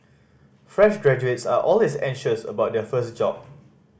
fresh graduates are always anxious about their first job